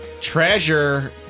treasure